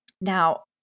now